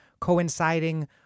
coinciding